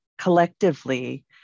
collectively